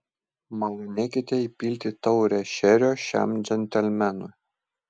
malonėkite įpilti taurę šerio šiam džentelmenui